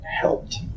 helped